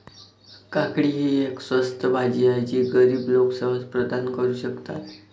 काकडी ही एक स्वस्त भाजी आहे जी गरीब लोक सहज प्रदान करू शकतात